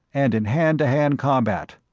and in hand-to-hand combat!